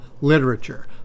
literature